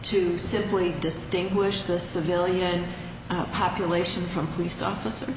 to simply distinguish the civilian population from police officer